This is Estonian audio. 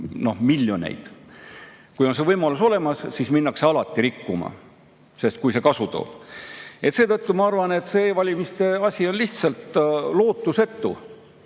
miljoneid. Kui see võimalus on olemas, siis minnakse alati rikkuma, kui see kasu toob. Seetõttu ma arvan, et see e‑valimiste asi on lihtsalt lootusetu.